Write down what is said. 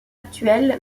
actuelle